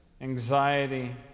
anxiety